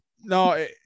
No